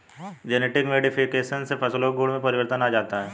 genetic modification से फसलों के गुणों में परिवर्तन आ जाता है